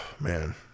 man